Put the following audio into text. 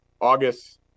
August